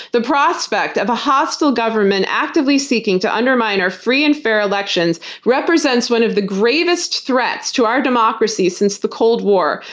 the prospect of a hostile government actively seeking to undermine our free and fair elections represents one of the gravest threats to our democracy since the cold war,